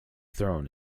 thrown